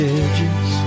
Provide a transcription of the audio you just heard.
edges